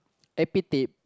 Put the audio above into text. epithet